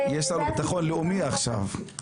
יש לנו ביטחון לאומי עכשיו.